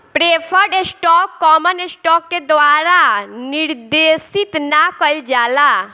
preferred stock common stock के द्वारा निर्देशित ना कइल जाला